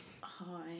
hi